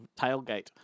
Tailgate